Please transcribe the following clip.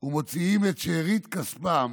ומוציאים את שארית כספם